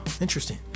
interesting